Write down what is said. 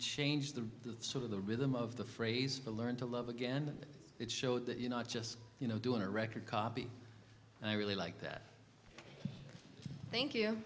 change the sort of the rhythm of the phrase to learn to love again it showed that you not just you know doing a record copy i really like that thank you